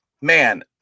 man